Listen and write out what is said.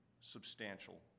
substantial